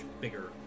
bigger